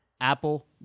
Apple